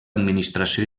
administració